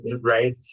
Right